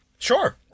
Sure